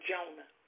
Jonah